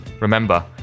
Remember